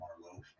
Marlowe